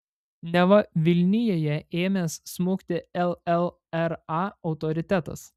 neva vilnijoje ėmęs smukti llra autoritetas